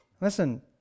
Listen